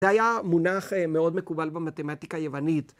זה היה מונח מאוד מקובל במתמטיקה היוונית.